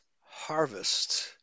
harvest